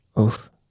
Oof